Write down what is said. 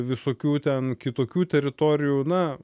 visokių ten kitokių teritorijų na